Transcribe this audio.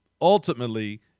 ultimately